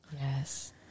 Yes